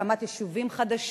בהקמת יישובים חדשים,